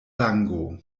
lango